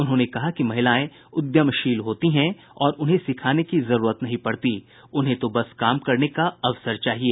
उन्होंने कहा कि महिलाएं उद्यमशील होती हैं और उन्हें सिखाने की जरूरत नहीं पड़ती उन्हें तो बस काम करने का अवसर चाहिए